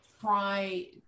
try